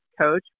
coach